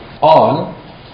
On